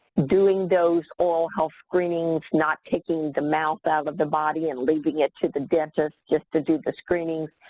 doing those oral health screenings, not taking the mouth out of the body and leaving it to the dentist just to do the screening.